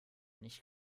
nicht